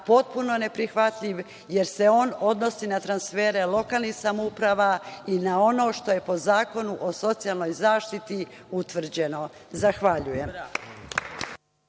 potpuno neprihvatljiv jer se on odnosi na transfere lokalnih samouprava i na ono što je po Zakonu o socijalnoj zaštiti utvrđeno. Zahvaljujem.